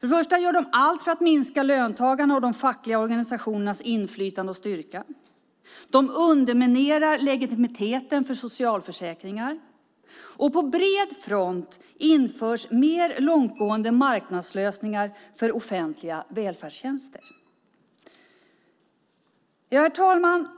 Först och främst gör de allt för att minska löntagarnas och de fackliga organisationerna inflytande och styrka. De underminerar legitimiteten för socialförsäkringar. På bred front införs mer långtgående marknadslösningar för offentliga välfärdstjänster. Herr talman!